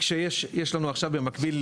יש לנו עכשיו במקביל,